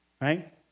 right